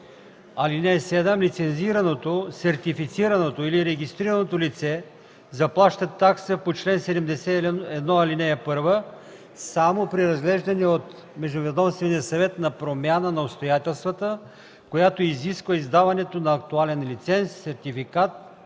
(7) Лицензираното, сертифицираното или регистрираното лице заплаща такса по чл. 71, ал. 1 само при разглеждане от междуведомствения съвет на промяна на обстоятелства, която изисква издаването на актуален лиценз, сертификат